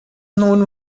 known